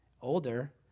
older